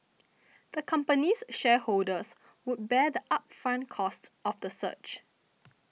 the company's shareholders would bear the upfront costs of the search